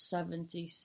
Seventy